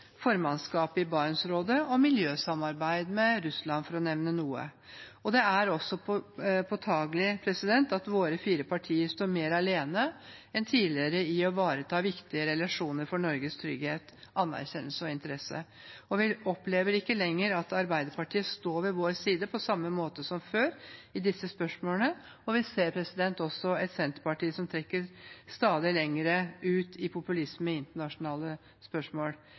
formannskapet i Barentsrådet og miljøsamarbeidet med Russland, for å nevne noe. Det er påtagelig at våre fire partier står mer alene enn tidligere i å ivareta viktige relasjoner for Norges trygghet, anerkjennelse og interesse. Vi opplever ikke lenger at Arbeiderpartiet står ved vår side på samme måte som før i disse spørsmålene, og vi ser også et Senterparti som trekker stadig lenger ut i populisme i internasjonale spørsmål.